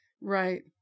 Right